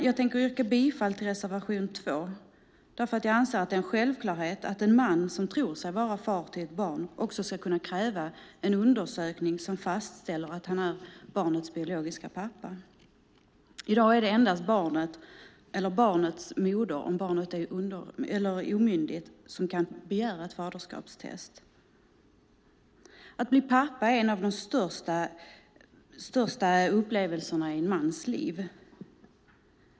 Jag yrkar bifall till reservation 2, därför att jag anser att det är en självklarhet att en man som tror sig vara far till ett barn ska kunna kräva en undersökning som fastställer att han är barnets biologiska pappa. I dag är det endast barnet eller barnets moder, om barnet är omyndigt, som kan begära ett faderskaptest. Att bli pappa är en av de största händelserna i en mans liv.